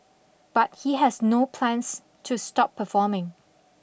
but he has no plans to stop performing